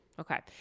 Okay